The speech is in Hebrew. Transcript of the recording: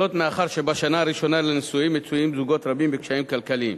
זאת מאחר שבשנה הראשונה לנישואים מצויים זוגות רבים בקשיים כלכליים.